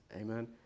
amen